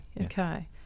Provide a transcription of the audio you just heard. Okay